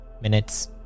minutes